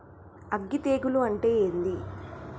అగ్గి తెగులు అంటే ఏంది?